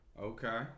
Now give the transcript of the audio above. Okay